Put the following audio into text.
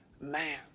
man